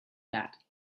that